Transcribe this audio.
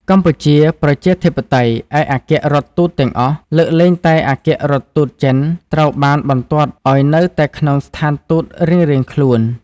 កម្ពុជា ប្រជាធិបតេយ្យ ឯកអគ្គរដ្ឋទូតទាំងអស់ លើកលែងតែឯកអគ្គរដ្ឋទូតចិន ត្រូវបានបន្ទាត់ឱ្យនៅតែក្នុងស្ថានទូតរៀងៗខ្លួន ។